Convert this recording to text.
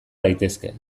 daitezke